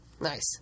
Nice